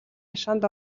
хашаанд